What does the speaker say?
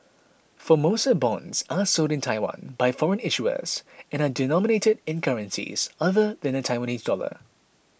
Formosa bonds are sold in Taiwan by foreign issuers and are denominated in currencies other than the Taiwanese dollar